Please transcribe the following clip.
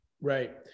Right